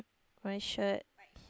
white shirt